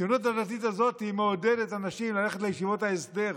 הציונות הדתית הזאת מעודדת אנשים ללכת לישיבות ההסדר.